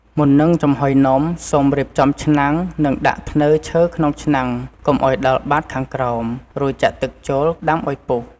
មុននឹងចំហុយនំ សូមរៀបចំឆ្នាំង និងដាក់ធ្នើរឈើក្នុងឆ្នាំងកុំឱ្យដល់បាតខាងក្រោម រួចចាក់ទឹកចូលដាំឱ្យពុះ។